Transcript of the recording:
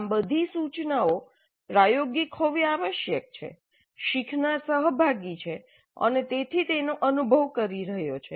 આમ બધી સૂચનાઓ પ્રાયોગિક હોવી આવશ્યક છે શીખનાર સહભાગી છે અને તેથી તેનો અનુભવ કરી રહ્યો છે